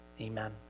amen